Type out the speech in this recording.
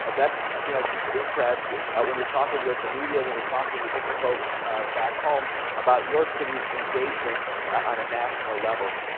and that's you know some street cred when you're talking with the media, when you're talking with different folks back home about your city's engagement on a national level.